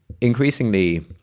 increasingly